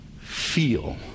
feel